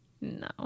no